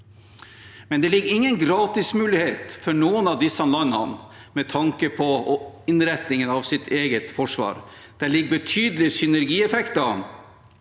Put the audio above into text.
Men det gir ingen gratismulighet for noen av disse landene med tanke på innrettingen av deres eget forsvar. Det gir betydelige synergieffekter,